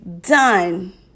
done